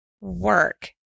work